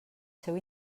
seu